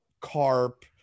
carp